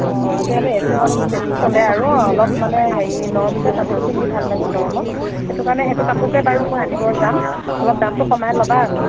অ আজিকালি A C কটনটো বেছি চলে আৰু অলপ মানে হেৰি নৰম যে কাপোৰটো পিন্ধি ভাল লাগে গৰমত সেইটো কাৰণে সেইটো কাপোৰকে বাৰু মই আনিব যাম অলপ দামটো কমাই ল'বা আৰু